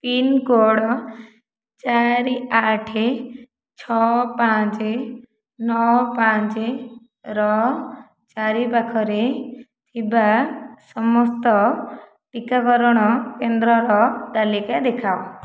pincode ଚାରି ଆଠ ଛଅ ପାଞ୍ଚ ନଅ ପାଞ୍ଚ ର ଚାରି ପାଖରେ ଥିବା ସମସ୍ତ ଟିକାକରଣ କେନ୍ଦ୍ରର ତାଲିକା ଦେଖାଅ